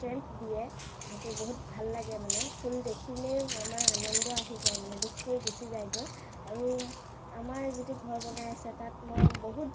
strength দিয়ে সেইটো বহুত ভাল লাগে মানে ফুল দেখিলেই আমাৰ আনন্দ আহি যায় মানে দুখবোৰ গুচি যায়গৈ আৰু আমাৰ যিটো ঘৰ বনাই আছে তাত আমাৰ বহুত